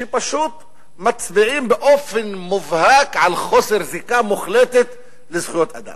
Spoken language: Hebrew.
שפשוט מצביעים באופן מובהק על חוסר זיקה מוחלטת לזכויות אדם.